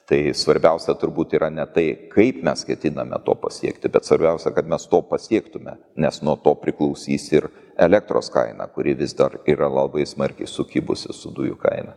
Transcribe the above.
tai svarbiausia turbūt yra ne tai kaip mes ketiname to pasiekti bet svarbiausia kad mes to pasiektume nes nuo to priklausys ir elektros kaina kuri vis dar yra labai smarkiai sukibusi su dujų kaina